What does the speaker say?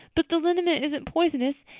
but the liniment isn't poisonous.